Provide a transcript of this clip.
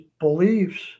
beliefs